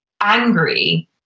angry